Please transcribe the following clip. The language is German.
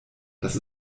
dass